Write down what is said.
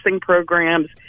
programs